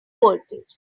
voltage